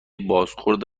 بازخورد